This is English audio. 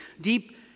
deep